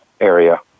area